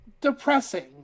depressing